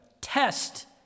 test